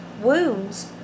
wounds